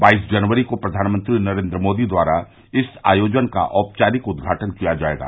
बाईस जनवरी को प्रधानमंत्री नरेन्द्र मोदी द्वारा इस आयोजन का औपचारिक उद्घाटन किया जायेगा